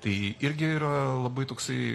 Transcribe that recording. tai irgi yra labai toksai